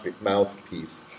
mouthpiece